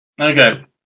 Okay